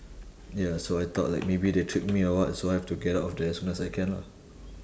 ya so I thought like maybe they tricked me or what so I have to get out of there as soon as I can lah